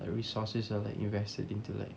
like resources are like invested into like